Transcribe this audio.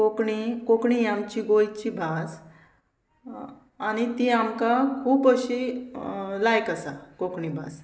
कोंकणी कोंकणी ही आमची गोंयची भास आनी ती आमकां खूब अशी लायक आसा कोंकणी भास